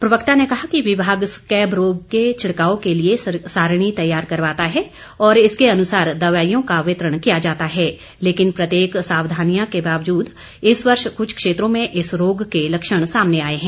प्रवक्ता ने कहा कि विभाग स्कैब रोग के लिए छिड़काव सारणी तैयार करवाता है और इसके अनुसार दवाईयों को वितरण किया जाता है लेकिन प्रत्येक सावधानियों के बावजूद इस वर्ष कुछ क्षेत्रों में इस रोग के लक्षण सामने आए हैं